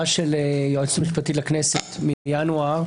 של היועצת המשפטית - לכנסת מינואר,